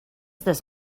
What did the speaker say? this